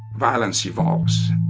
violence evolves.